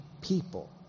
people